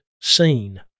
Seen